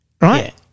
right